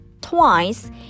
twice